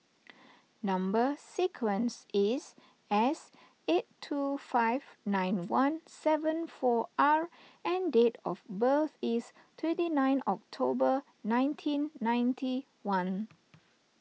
Number Sequence is S eight two five nine one seven four R and date of birth is twenty nine October nineteen ninety one